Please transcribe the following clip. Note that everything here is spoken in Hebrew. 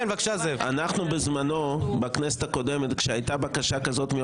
בכנסת ה-24 חלוקת חברי